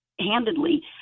handedly